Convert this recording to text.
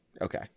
Okay